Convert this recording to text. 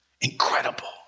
incredible